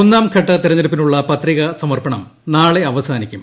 ഒന്നാം ഘട്ട തെരഞ്ഞെടുപ്പിനുള്ള പത്രിക സമർപ്പണം നാളെ അവസാനിക്കും